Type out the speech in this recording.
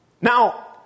Now